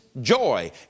joy